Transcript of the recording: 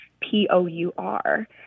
P-O-U-R